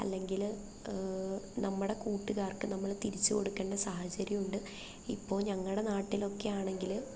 അല്ലെങ്കിൽ നമ്മുടെ കൂട്ടുകാർക്ക് നമ്മൾ തിരിച്ച് കൊടുക്കേണ്ട സാഹചര്യവുമുണ്ട് ഇപ്പോൾ ഞങ്ങളുടെ നാട്ടിലൊക്കെ ആണെങ്കിൽ